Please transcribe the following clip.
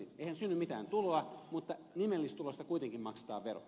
eihän synny mitään tuloa mutta nimellistulosta kuitenkin maksetaan vero